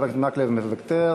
חבר הכנסת מקלב מוותר.